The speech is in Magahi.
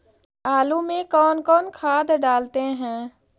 आलू में कौन कौन खाद डालते हैं?